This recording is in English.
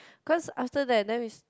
cause after that then is